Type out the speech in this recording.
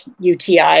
UTI